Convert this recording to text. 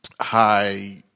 high